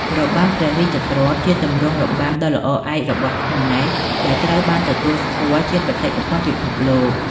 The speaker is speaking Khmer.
របាំព្រះរាជទ្រព្យ ជាទម្រង់របាំដ៏ល្អឯករបស់ខ្មែរ ដែលត្រូវបានទទួលស្គាល់ជាបេតិកភណ្ឌពិភពលោក។